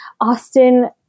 Austin